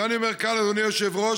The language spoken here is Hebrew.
ואני אומר כאן, אדוני היושב-ראש,